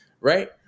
right